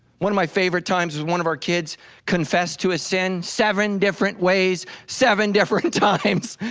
one of my favorite times was one of our kids confessed to a sin seven different ways, seven different times.